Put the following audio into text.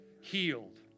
healed